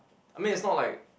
I mean it's not like